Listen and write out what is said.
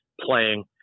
playing